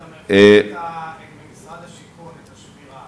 אתה מביא ממשרד השיכון את השמירה,